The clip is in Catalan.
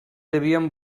devien